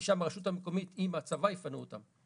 ששם הרשות המקומית, היא והצבא יפנו אותו.